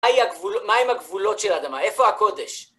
מה עם הגבולות של אדמה? איפה הקודש?